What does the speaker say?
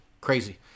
Crazy